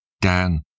Dan